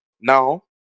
Now